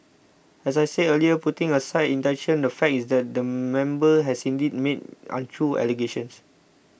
as I said earlier putting aside intention the fact is that the member has indeed made untrue allegations